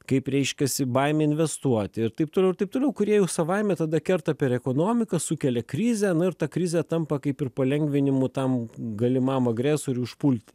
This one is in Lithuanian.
kaip reiškiasi baimė investuoti ir taip toliau ir taip toliau kurie jau savaime tada kerta per ekonomiką sukelia krizę ir ta krizė tampa kaip ir palengvinimu tam galimam agresoriui užpult